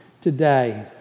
today